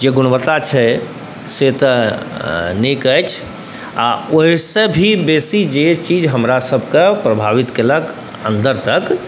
जे गुणवत्ता छै से तऽ नीक अछि आओर ओहिसँ भी बेसी जे चीज हमरासबके प्रभावित केलक अन्दर तक